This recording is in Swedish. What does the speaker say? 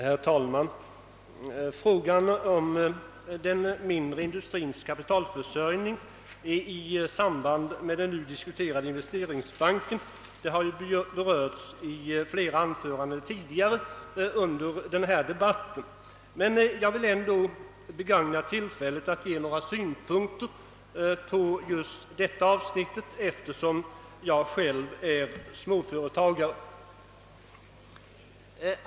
Herr talman! Frågan om den mindre industrins kapitalförsörjning i samband med den nu diskuterade investeringsbanken har berörts i flera anföranden tidigare under denna debatt. Jag vill ändå begagna tillfället att anföra några synpunkter på just detta avsnitt, eftersom jag själv är småföretagare.